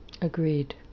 agreed